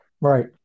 Right